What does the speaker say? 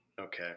Okay